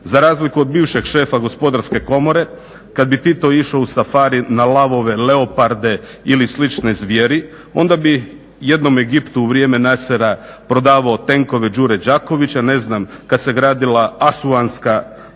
Za razliku od bivšeg šefa gospodarske komore kada bi Tito išao u safari na lavove, leoparde ili slične zvijeri. Onda bi jednom Egiptu u vrijeme Nasera prodavao tenkove Đure Đakovića. Ne znam, kada se gradila asuanska